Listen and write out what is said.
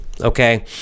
Okay